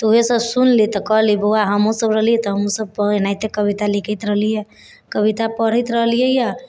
तऽ वएहसब तऽ सुनली तऽ कहली बौआ हमहूँ हमसब रहली तऽ हमहूँसब ओनाहिते कविता लिखैत रहलिए हँ कविता पढ़ैत रहलिए हँ